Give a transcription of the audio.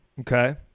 Okay